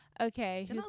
okay